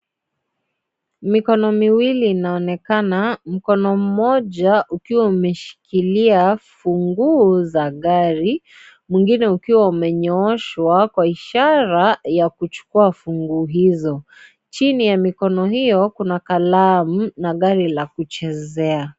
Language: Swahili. Mikono miwili inaoneka. Mkono moja ukiwa umeshikilia funguo za gari, mwingine ukiwa umenyooshwa kwa ishara ya kuchukua funguo hizo. Chini ya mikono hiyo, kuna kalamu na gari ya kuchezea.